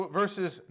verses